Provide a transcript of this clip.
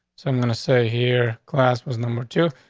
so i'm gonna say here class was number two.